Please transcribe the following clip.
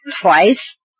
twice